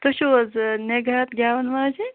تُہۍ چھُو حظ ٲں نِگہت گیٚوَن واجِنۍ